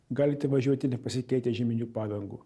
galite važiuoti nepasikeitę žieminių padangų